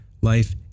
life